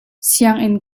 sianginn